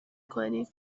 کنیم